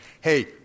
hey